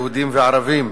יהודים וערבים.